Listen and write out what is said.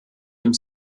dem